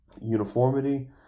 uniformity